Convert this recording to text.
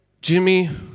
Jimmy